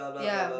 ya